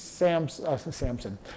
Samson